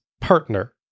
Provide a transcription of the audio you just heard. partner